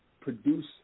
produce